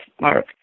mark